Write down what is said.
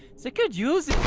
zey could use